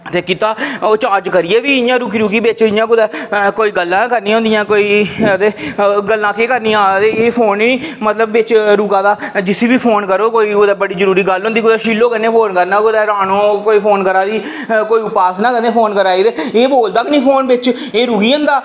ते कीता ओह् चार्ज करियै बी इंया रुकी रुकियै बिच इंया कुदै कोई गल्लां करनियां होंदियां कोई ते गल्लां केह् करनियां एह् फोन ई मतलब बिच रोआ दा जिसी बी फोन करो कुदै बड़ी जरूरी गल्ल होंदी शीलो कन्नै फोन करना कुदै होर रानो कोई फोन करा दी ही कोई उपासना कदें फोन करा दी ते एह् बोलदा एह् फोन बिच एह् रुकी जंदा